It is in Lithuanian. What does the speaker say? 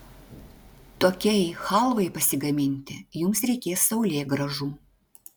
tokiai chalvai pasigaminti jums reikės saulėgrąžų